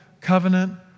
covenant